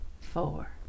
four